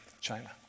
China